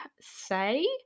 say